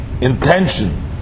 intention